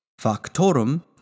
Factorum